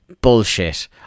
bullshit